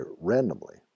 randomly